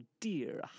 dear